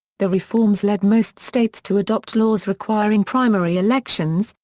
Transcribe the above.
the reforms led most states to adopt laws requiring primary elections,